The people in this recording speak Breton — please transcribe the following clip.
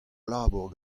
labour